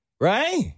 Right